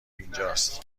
اینجاست